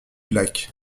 lac